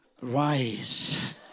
rise